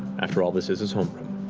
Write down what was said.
after all, this is his homeroom.